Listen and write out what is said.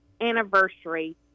anniversary